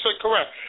correct